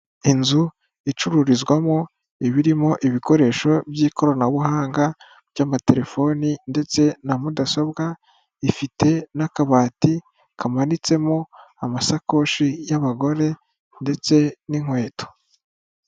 Inzu icururizwamo ibirimo ibikoresho by'ikoranabuhanga by'amatelefoni ndetse na mudasobwa ifite n'akabati kamanitsemo amasakoshi y'abagore ndetse n'inkweto.